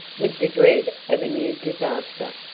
with the dread of a new disaster.